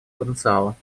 потенциала